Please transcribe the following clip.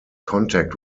contact